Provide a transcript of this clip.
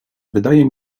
wydaje